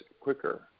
quicker